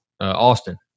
Austin